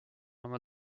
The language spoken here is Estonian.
oma